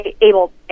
able